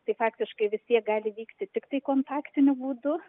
tai faktiškai vis tiek gali vykti tiktai kontaktiniu būdu